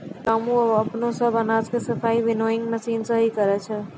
रामू आबॅ अपनो सब अनाज के सफाई विनोइंग मशीन सॅ हीं करै छै